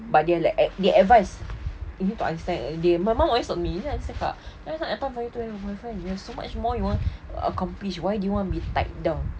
but they are like they advise you need to understand they my mum always told me my mum always cakap why do you want to have a boyfriend you are so much more you want accomplish why do you want to be tied down